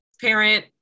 parent